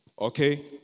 Okay